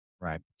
Right